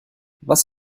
was